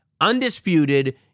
Undisputed